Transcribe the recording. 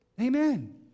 Amen